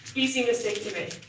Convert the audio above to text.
easy mistake to make.